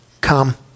come